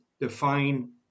define